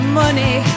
money